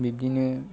बिब्दिनो